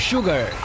Sugar